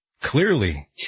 clearly